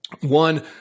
One